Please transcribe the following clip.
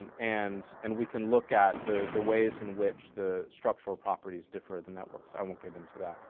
and and and we can look at the the ways in which the structural properties differ at the networks, i won't get into that.